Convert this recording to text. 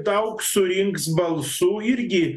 daug surinks balsų irgi